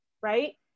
right